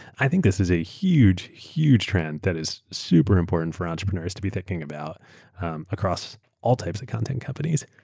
i think this is a huge huge trend that is super important for entrepreneurs to be thinking about across all types of content companies.